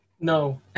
no